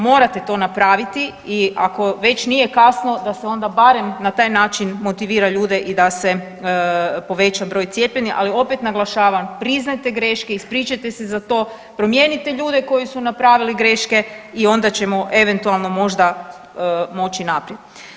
Morate to napraviti i ako već nije kasno da se onda barem na taj način motivira ljude i da se poveća broj cijepljenih, ali opet naglašavam priznajte greške, ispričajte se za to, promijenite ljude koji su napravili greške i onda ćemo eventualno možda moći naprijed.